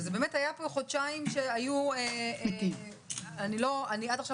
ובאמת היו פה חודשיים שהיו אני עד עכשיו